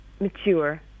mature